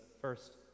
first